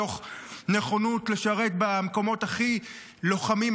מתוך נכונות לשרת במקומות הכי לוחמים,